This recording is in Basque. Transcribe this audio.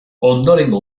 ondorengo